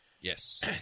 Yes